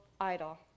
idol